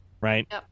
right